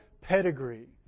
pedigree